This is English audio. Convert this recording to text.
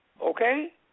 okay